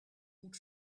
goed